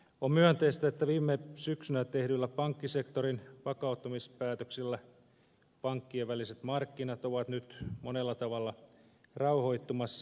on myönteistä että viime syksynä tehdyillä pankkisektorin vakauttamispäätöksillä pankkien väliset markkinat ovat nyt monella tavalla rauhoittumassa